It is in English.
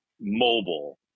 Mobile